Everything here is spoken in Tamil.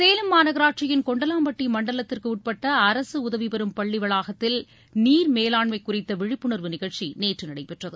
சேலம் மாநகராட்சியின் கொண்டலாம்பட்டி மண்டலத்திற்குட்பட்ட அரசு உதவிபெறும் பள்ளி வளாகத்தில் நீர் மேலாண்மை குறித்த விழிப்புணர்வு நிகழ்ச்சி நேற்று நடைபெற்றது